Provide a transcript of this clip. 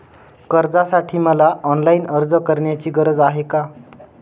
कर्जासाठी मला ऑनलाईन अर्ज करण्याची गरज आहे का?